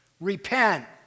Repent